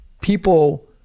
people